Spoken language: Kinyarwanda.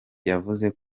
yavuze